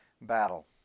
battle